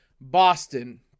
Boston